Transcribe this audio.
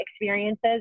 experiences